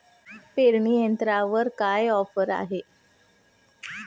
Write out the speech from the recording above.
पेरणी यंत्रावर काय ऑफर आहे?